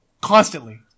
Constantly